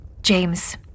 James